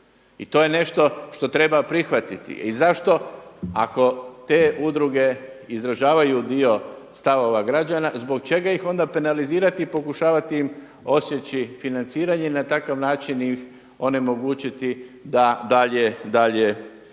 i to je nešto što treba prihvatiti. I zašto ako te udruge izražavaju dio stavova građana, zbog čega ih onda penalizirati i pokušavati im odsjeći financiranje i na takav način ih onemogućiti da dalje djeluju?